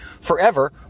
forever